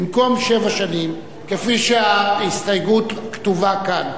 במקום שבע שנים, כפי שההסתייגות כתובה כאן,